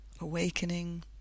awakening